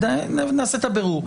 נעשה את הבירור.